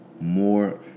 more